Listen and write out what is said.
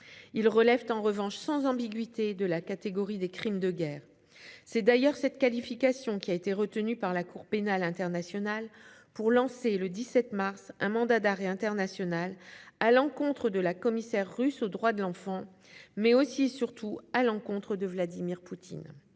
actes relèvent sans ambiguïté de la catégorie des crimes de guerre. C'est d'ailleurs cette qualification qu'a retenue la Cour pénale internationale pour émettre, le 17 mars, un mandat d'arrêt international à l'encontre de la commissaire russe aux droits de l'enfant, mais aussi, et surtout, de Vladimir Poutine.